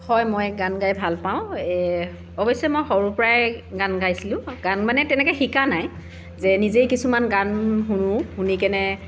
হয় মই গান গাই ভাল পাওঁ অৱশ্যে মই সৰুৰ পৰাই গান গাইছিলোঁ গান মানে তেনেকৈ শিকা নাই যে নিজেই কিছুমান গান শুনো শুনি কেনে